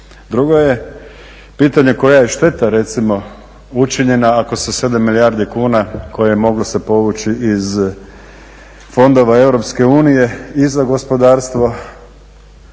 Drugo je pitanje koja je šteta recimo učinjena ako se 7 milijardi kuna koje je moglo se povući iz fondova EU i za gospodarstvo